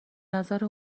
نظر